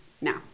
now